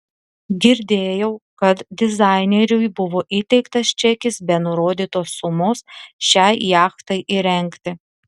girdėjau kad dizaineriui buvo įteiktas čekis be nurodytos sumos šiai jachtai įrengti